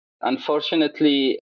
unfortunately